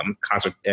concert